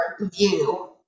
view